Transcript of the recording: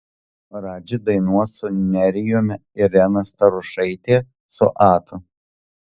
radži dainuos su nerijumi irena starošaitė su atu